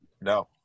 No